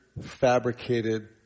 fabricated